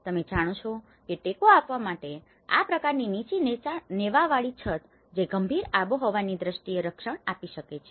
તમે જાણો છો કે ટેકો આપવા માટે આ પ્રકારની નીચી નેવાવાળી છત જે ગંભીર આબોહવાની દ્રષ્ટિએ રક્ષણ આપી શકે છે